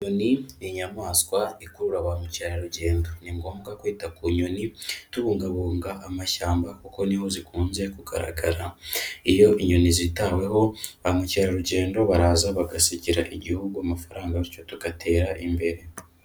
Inyoni ni inyamaswa ikurura ba mukerarugendo, ni ngombwa kwita ku nyoni tubungabunga amashyamba kuko niho zikunze kugaragara, iyo inyoni zitaweho bamukerarugendo baraza bagasigira igihugu amafaranga bityo tugatera imbere.